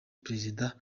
perezida